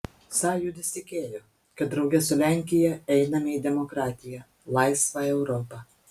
sąjūdis tikėjo kad drauge su lenkija einame į demokratiją laisvą europą